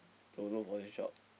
to look for this job